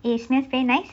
it smell very nice